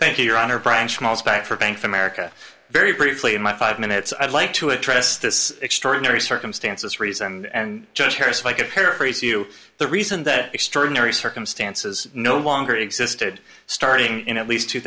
thank you your honor branch miles back for bank of america very briefly in my five minutes i'd like to address this extraordinary circumstances raise and judge harris like a paraphrase you the reason that extraordinary circumstances no longer existed starting in at least two